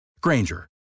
Granger